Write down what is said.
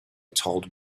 told